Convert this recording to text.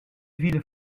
ville